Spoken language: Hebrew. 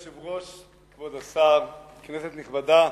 כבוד היושב-ראש, כבוד השר, כנסת נכבדה,